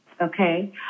Okay